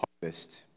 harvest